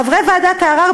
חברי ועדת הערר,